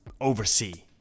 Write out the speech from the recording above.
oversee